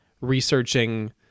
researching